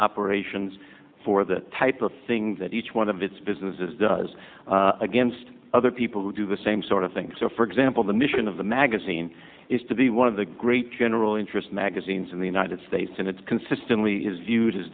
operations for that type of thing that each one of its businesses does against other people who do the same sort of thing so for sample the mission of the magazine is to be one of the great general interest magazines in the united states and it's consistently is view